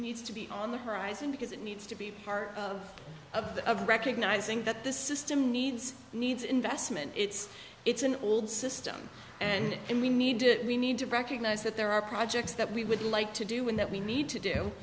needs to be on the horizon because it needs to be part of the of the recognizing that the system needs needs investment it's it's an old system and we need to we need to recognize that there are projects that we would like to do and that we need to do